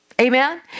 Amen